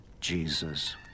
Jesus